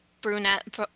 brunette